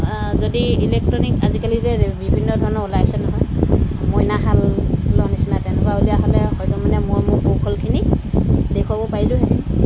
যদি ইলেক্ট্ৰনিক আজিকালি যে বিভিন্ন ধৰণৰ ওলাইছে নহয় মইনাশালৰ নিচিনা তেনেকুৱা দিয়া হ'লে হয়তো মানে মই মোৰ কৌশলখিনি দেখুৱাব পাৰিলোঁ হেঁতেন